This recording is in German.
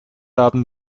abend